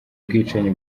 ubwicanyi